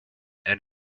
and